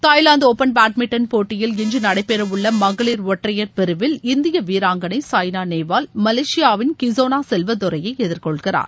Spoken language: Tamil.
தாய்லாந்து ஒப்பன் பேட்மிண்டன் போட்டியில் இன்று நடைபெறவுள்ள மகளிர் ஒற்றையர் பிரிவில் இந்திய வீராங்களை சாய்னா நேவால் மலேசியாவின் கிஸோனா செல்வதுரையை எதிர்கொள்கிறார்